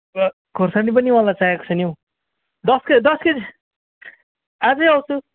खोर्सानी पनि मलाई चाहिएको छ नि हो दस केजी दस केजी आजै आउँछु